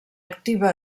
activa